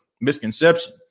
misconception